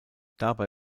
dabei